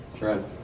Right